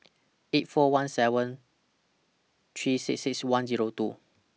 eight four one seven three six six one Zero two